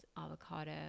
avocado